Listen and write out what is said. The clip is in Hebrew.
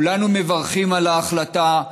כולנו מברכים על ההחלטה,